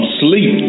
sleep